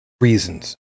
reasons